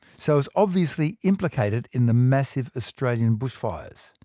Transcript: so it's obviously implicated in the massive australian bushfires.